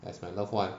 ya it's my loved one